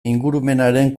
ingurumenaren